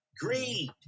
greed